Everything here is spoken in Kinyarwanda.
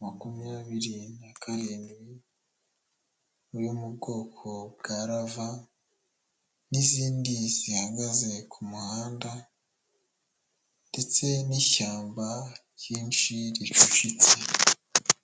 makumyabiri na karindwi yo mu bwoko bwa rava n'izindi zihagaze ku muhanda ndetse n'ishyamba ryinshi ricucitse.